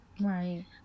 right